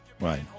right